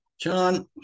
John